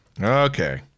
Okay